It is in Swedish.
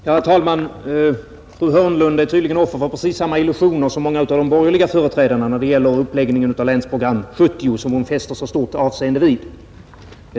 Herr talman! Fru Hörnlund är tydligen offer för precis samma illusioner som många av de borgerliga företrädarna när det gäller uppläggningen av Länsprogram 1970, som hon fäster så stort avseende vid.